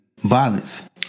violence